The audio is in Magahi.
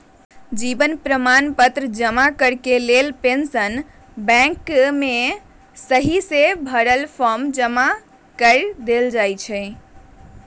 जीवन प्रमाण पत्र जमा करेके लेल पेंशन बैंक में सहिसे भरल फॉर्म जमा कऽ देल जाइ छइ